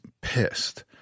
pissed